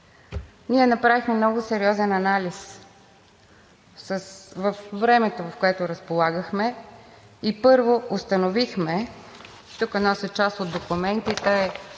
Ние направихме много сериозен анализ във времето, с което разполагахме, и първо установихме – тук нося част от документите: